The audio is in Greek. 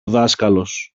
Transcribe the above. δάσκαλος